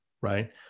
Right